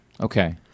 Okay